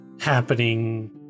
happening